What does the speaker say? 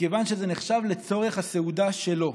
מכיוון שזה נחשב לצורך הסעודה שלו,